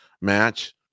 match